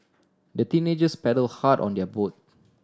the teenagers paddle hard on their boat